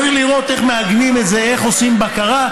צריך לראות איך מאגמים את זה, איך עושים בקרה.